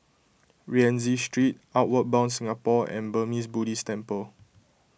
Rienzi Street Outward Bound Singapore and Burmese Buddhist Temple